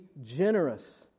generous